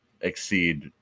exceed